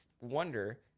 wonder